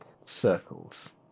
circles